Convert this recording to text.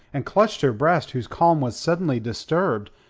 and clutched her breast whose calm was suddenly disturbed.